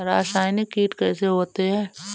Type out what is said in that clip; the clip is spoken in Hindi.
रासायनिक कीटनाशक कैसे होते हैं?